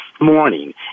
morning